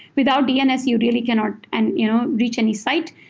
without dns, you really cannot and you know reach any site.